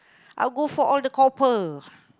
I'll go for all the copper